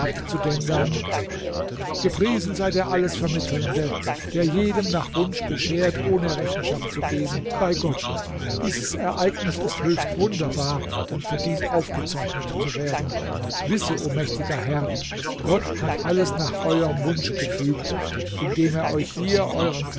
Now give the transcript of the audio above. gepriesen sei der alles vermittelnde der jedem nach wunsch beschert ohne rechenschaft zu geben bei gott dieses ereignis ist höchst wunderbar und verdient aufgezeichnet zu werden wisse o mächtiger herr gott hat alles nach euerm wunsch gefügt indem er euch hier